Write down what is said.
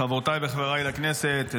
חברותיי וחבריי לכנסת,